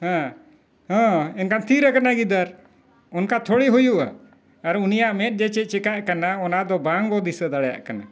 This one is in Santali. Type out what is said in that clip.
ᱦᱮᱸ ᱦᱮᱸ ᱮᱱᱠᱷᱟᱱ ᱛᱷᱤᱨ ᱟᱠᱟᱱᱟᱭ ᱜᱤᱫᱟᱹᱨ ᱚᱱᱠᱟ ᱛᱷᱚᱲᱤ ᱦᱩᱭᱩᱜᱼᱟ ᱟᱨ ᱩᱱᱤᱭᱟᱜ ᱢᱮᱸᱫ ᱡᱮ ᱪᱮᱫ ᱪᱤᱠᱟᱹᱜ ᱠᱟᱱᱟ ᱚᱱᱟᱫᱚ ᱵᱟᱝᱵᱚᱱ ᱫᱤᱥᱟᱹ ᱫᱟᱲᱮᱭᱟᱜ ᱠᱟᱱᱟ